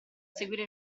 seguire